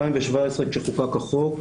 ב-2017, כשחוקק החוק,